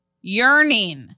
Yearning